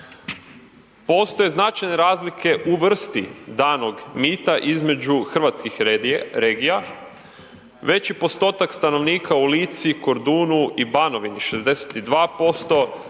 Postoje značajne razlike u vrsti danog mita između hrvatskih regija. Veći postotak stanovnika u Lici, Kordunu i Banovini, 62%,